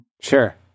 sure